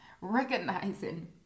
recognizing